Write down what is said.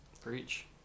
Preach